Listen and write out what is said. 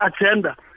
agenda